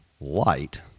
light